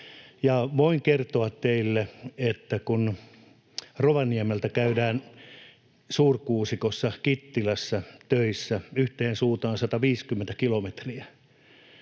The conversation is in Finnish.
Voin kertoa teille, että kun Rovaniemeltä käydään Suurikuusikossa Kittilässä töissä — yhteen suuntaan 150 kilometriä